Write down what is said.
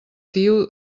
diu